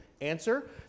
answer